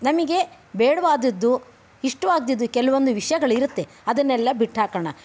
ನಮಗೆ ಬೇಡವಾದದ್ದು ಇಷ್ಟವಾಗ್ದಿದ್ದು ಕೆಲವೊಂದು ವಿಷಯಗಳಿರುತ್ತೆ ಅದನ್ನೆಲ್ಲ ಬಿಟ್ಟಾಕೋಣ